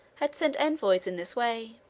had sent envoys in this way.